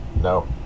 No